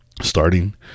starting